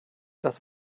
das